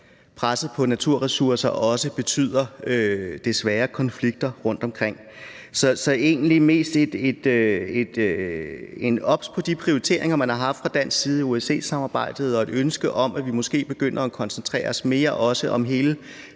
presset på naturressourcer desværre også betyder konflikter rundtomkring. Så det er egentlig mest et ønske om, at man er obs på de prioriteringer, man har haft fra dansk side i OSCE-samarbejdet, og et ønske om, at vi måske også begynder at koncentrere os mere om den